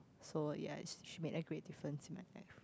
so ya she made a great difference in my life